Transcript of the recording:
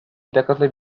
irakasle